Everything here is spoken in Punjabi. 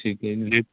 ਠੀਕ ਹੈ ਜੀ